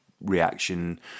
reaction